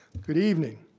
good evening.